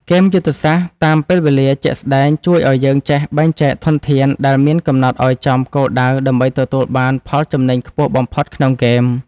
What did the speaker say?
ហ្គេមយុទ្ធសាស្ត្រតាមពេលវេលាជាក់ស្តែងជួយឱ្យយើងចេះបែងចែកធនធានដែលមានកំណត់ឱ្យចំគោលដៅដើម្បីទទួលបានផលចំណេញខ្ពស់បំផុតក្នុងហ្គេម។